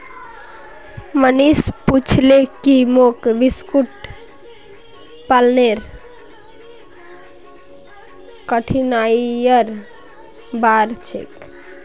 मनीष पूछले की मोक कुक्कुट पालनेर कठिनाइर बार छेक